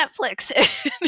Netflix